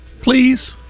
Please